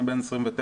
אני בן 29,